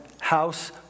house